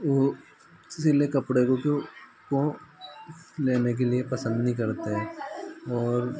वो सिले कपड़े को क्यों वह लेने के लिए पसंद नहीं करते और